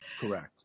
Correct